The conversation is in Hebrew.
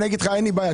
אני אגיד שאין לי בעיה.